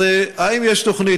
אז, האם יש תוכנית?